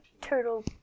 turtle